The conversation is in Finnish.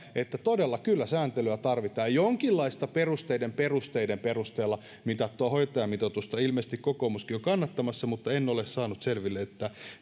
että kyllä sääntelyä todella tarvitaan ja jonkinlaista perusteiden perusteiden perusteella mitattua hoitajamitoitusta ilmeisesti kokoomuskin on kannattamassa mutta en ole saanut selville